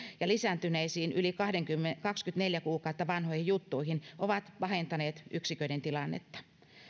ja lisääntyneisiin yli kaksikymmentäneljä kuukautta vanhojen juttuihin ovat pahentaneet yksiköiden tilannetta